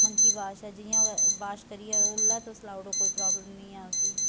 monkey wash ऐ जियां wash करियै ओल्लै तुस लाऊ उड़ो तुस कोई प्राब्लम नी ऐ उसी